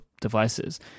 devices